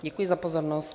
Děkuji za pozornost.